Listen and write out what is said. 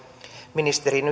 ministerin